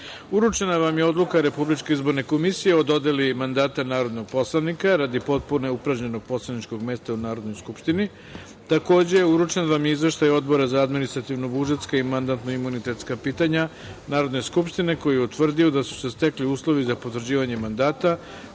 vam je Odluka Republičke izborne komisije o dodeli mandata narodnog poslanika radi popune upražnjenog poslaničkog mesta u Narodnoj skupštine. Takođe, uručen vam je izveštaj Odbora za administrativnu-budžetska i mandatno-imunitetska pitanja Narodne skupštine koji je utvrdio da su se stekli uslovi za potvrđivanje mandata